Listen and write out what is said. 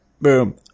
Boom